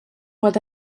pot